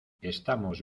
estamos